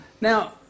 Now